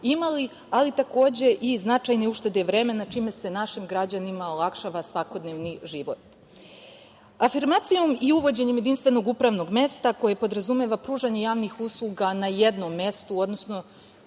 imali, ali takođe i značajne uštede vremena, čime se našim građanima olakšava svakodnevni život. Afirmacijom i uvođenjem jedinstvenog upravnog mesta, koje podrazumeva pružanje javnih usluga na jednom mestu, odnosno